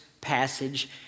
passage